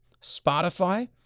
Spotify